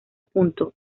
punto